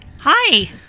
hi